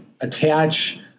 attach